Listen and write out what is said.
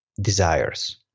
desires